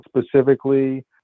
specifically